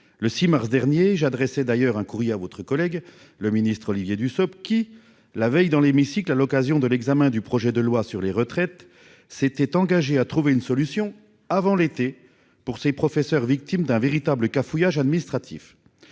le 6 mars dernier j'adressais d'ailleurs un courrier à votre collègue, le ministre Olivier Dussopt, qui la veille dans l'hémicycle, à l'occasion de l'examen du projet de loi sur les retraites s'était engagé à trouver une solution avant l'été pour ces professeurs, victime d'un véritable cafouillage administratif.